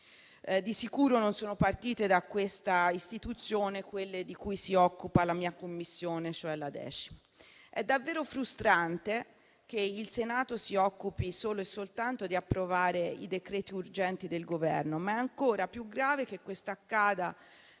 Di sicuro non sono partiti da questa istituzione quelli di cui si occupa la 10a Commissione, di cui sono componente. È davvero frustrante che il Senato si occupi solo e soltanto di approvare i decreti-legge urgenti del Governo. Ma è ancora più grave che questo accada